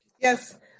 yes